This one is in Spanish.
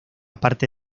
parte